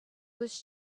was